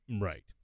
Right